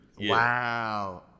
Wow